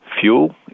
fuel